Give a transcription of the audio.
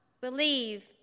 believe